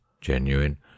genuine